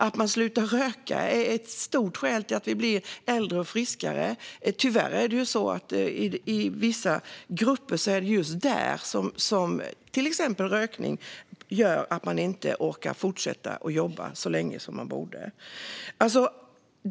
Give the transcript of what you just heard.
Att människor slutar röka är en viktig orsak till att vi blir äldre och friskare. Tyvärr är det i vissa grupper så att till exempel rökning gör att man inte orkar fortsätta att jobba så länge som man borde.